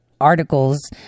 articles